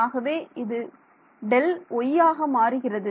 ஆகவே இது Δyயாக மாறுகிறது